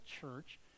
church